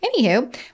Anywho